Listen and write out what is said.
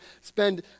spend